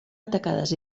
atacades